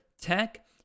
Tech